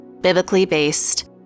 biblically-based